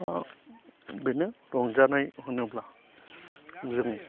बेनो रंजानाय होनोब्ला जों